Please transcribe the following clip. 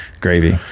gravy